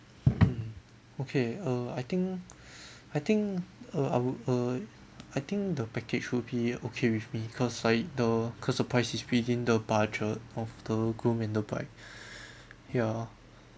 mm okay uh I think I think uh I would uh I think the package would be okay with me cause I the cause the price is within the budget of the groom and the bride ya